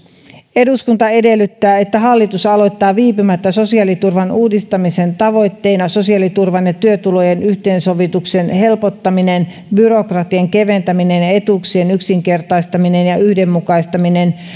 eduskunta edellyttää että hallitus aloittaa viipymättä sosiaaliturvan uudistamisen tavoitteina sosiaaliturvan ja työtulojen yhteensovituksen helpottaminen byrokratian keventäminen ja etuuksien yksinkertaistaminen ja yhdenmukaistaminen